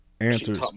Answers